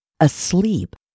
asleep